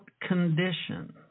condition